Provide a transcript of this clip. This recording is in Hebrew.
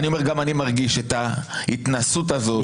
גם אני מרגיש את ההתנשאות הזאת,